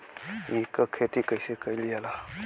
ईख क खेती कइसे कइल जाला?